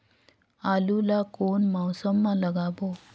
आलू ला कोन मौसम मा लगाबो?